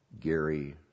Gary